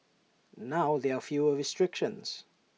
now there are fewer restrictions